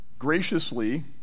graciously